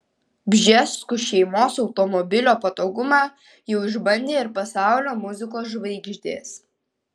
bžeskų šeimos automobilio patogumą jau išbandė ir pasaulio muzikos žvaigždės